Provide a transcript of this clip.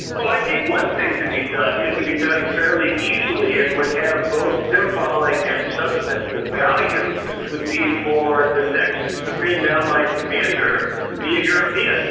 well, i think one thing could be done, it could be done fairly easily and it would have both symbolic and substantive value would be for the next supreme allied commander to be a european.